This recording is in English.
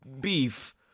beef